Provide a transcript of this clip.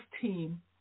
team